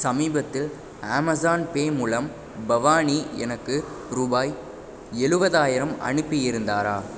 சமீபத்தில் ஆமேஸான்பே மூலம் பவானி எனக்கு ரூபாய் எழுபதாயிரம் அனுப்பியிருந்தாரா